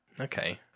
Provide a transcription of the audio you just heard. Okay